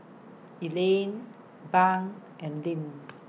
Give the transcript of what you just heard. Elaine Bunk and Linn